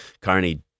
Carney